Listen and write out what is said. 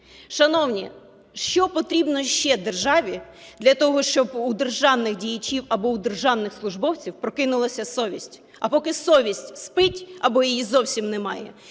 Шановні, що потрібно іще державі для того, щоб у державних діячів або у державних службовців прокинулася совість? А поки совість спить або її зовсім немає,